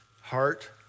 heart